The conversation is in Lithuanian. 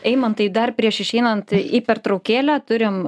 eimantai dar prieš išeinant į pertraukėlę turim